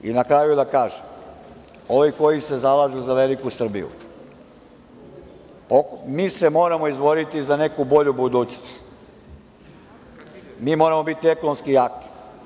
I na kraju da kažem, ovi koji se zalažu za veliku Srbiju, mi se moramo izboriti za neku bolju budućnost, mi moramo biti ekonomski jaki.